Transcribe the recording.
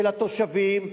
של התושבים,